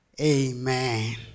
Amen